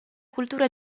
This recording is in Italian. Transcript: cultura